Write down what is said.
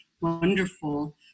wonderful